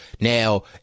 Now